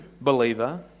believer